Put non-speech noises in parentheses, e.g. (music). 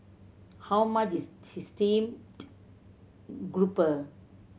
how much is (unintelligible) grouper